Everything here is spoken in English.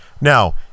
Now